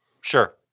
Sure